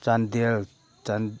Chandel